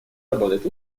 работать